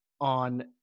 on